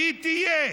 והיא תהיה,